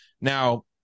Now